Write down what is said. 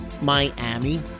Miami